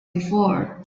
before